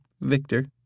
Victor